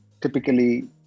typically